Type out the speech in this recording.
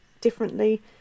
differently